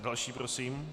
Další prosím.